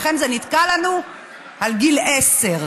לכן זה נתקע לנו על גיל עשר.